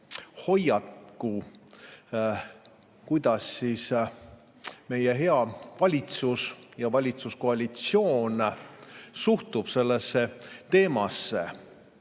[pildi], kuidas meie hea valitsus ja valitsuskoalitsioon suhtub sellesse teemasse.